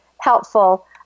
helpful